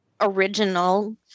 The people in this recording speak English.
original